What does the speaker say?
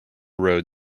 road